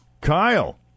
Kyle